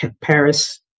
Paris